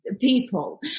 people